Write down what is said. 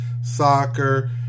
soccer